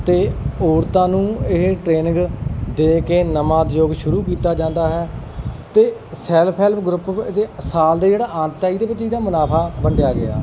ਅਤੇ ਔਰਤਾਂ ਨੂੰ ਇਹ ਟ੍ਰੇਨਿੰਗ ਦੇ ਕੇ ਨਵਾਂ ਉਦਯੋਗ ਸ਼ੁਰੂ ਕੀਤਾ ਜਾਂਦਾ ਹੈ ਅਤੇ ਸੈਲਫ ਹੈਲਪ ਗਰੁੱਪ ਇਹਦੇ ਸਾਲ ਦੇ ਜਿਹੜਾ ਅੰਤ ਆ ਇਹਦੇ ਵਿੱਚ ਇਹਦਾ ਮੁਨਾਫਾ ਵੰਡਿਆ ਗਿਆ